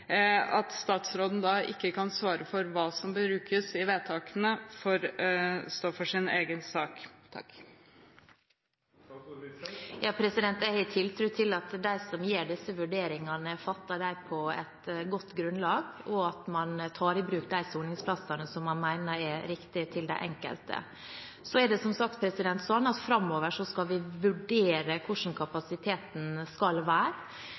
egen regning. Jeg har tiltro til at de som gjør disse vurderingene, gjør dem på et godt grunnlag, og at man tar i bruk de soningsplassene som man mener er riktige for de enkelte. Som sagt: Framover skal vi vurdere hvordan kapasiteten skal være. Det som er fantastisk, er jo at